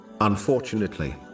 Unfortunately